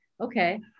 okay